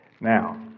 Now